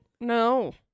No